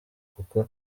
kuko